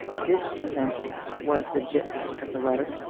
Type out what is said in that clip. this sentence was the gist of the letter,